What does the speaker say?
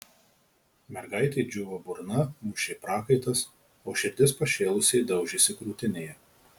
mergaitei džiūvo burna mušė prakaitas o širdis pašėlusiai daužėsi krūtinėje